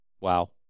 Wow